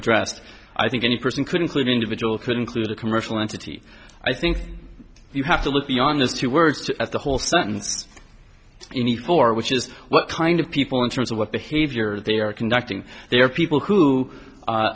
addressed i think any person could include individual could include a commercial entity i think you have to look beyond those two words to get the whole sentence you need for which is what kind of people in terms of what behavior they are conducting they are people who